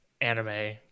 anime